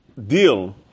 Deal